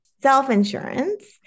Self-insurance